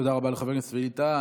תודה רבה לחבר הכנסת ווליד טאהא.